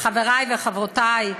חברי וחברותי,